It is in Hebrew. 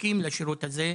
שזקוקים לשירות הזה,